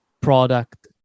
product